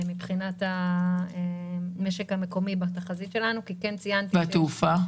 מבחינת המשק המקומי בתחזית שלנו --- והתעופה?